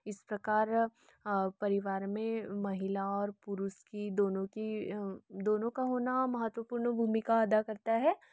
इस प्रकार परिवार में महिला और पुरुष की दोनों की दोनों का होना महत्वपूर्ण भूमिका अदा करता है